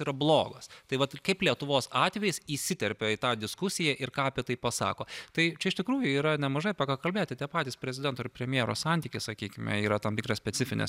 yra blogos tai vat kaip lietuvos atvejis įsiterpia į tą diskusiją ir ką apie tai pasako tai čia iš tikrųjų yra nemažai apie ką kalbėti tie patys prezidento ir premjero santykiai sakykime yra tam tikra specifinė